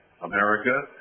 America